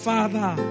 Father